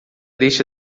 deixe